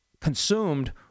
consumed